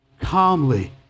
Calmly